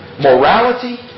Morality